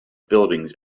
buildings